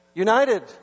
United